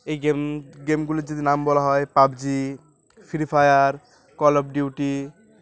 এই গেম গেমগুলির যদি নাম বলা হয় PUBG Free Fire Call of duty